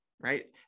right